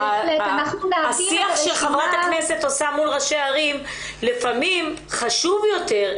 השיח שחברת הכנסת עושה מול ראשי הערים לפעמים חשוב יותר,